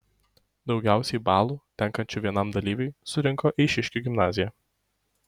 daugiausiai balų tenkančių vienam dalyviui surinko eišiškių gimnazija